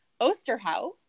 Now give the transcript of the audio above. Osterhout